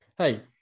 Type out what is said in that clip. hey